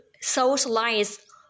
socialize